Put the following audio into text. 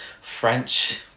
French